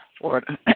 Florida